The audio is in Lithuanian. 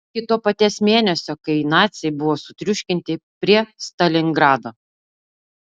iki to paties mėnesio kai naciai buvo sutriuškinti prie stalingrado